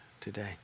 today